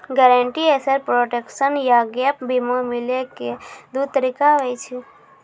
guaranteed asset protection या gap बीमा मिलै के दु तरीका होय छै